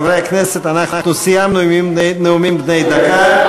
חברי הכנסת, אנחנו סיימנו עם נאומים בני דקה.